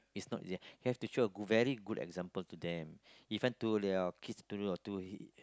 is not easy you have to show a good very good example to them even to your kids to your he